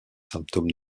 symptômes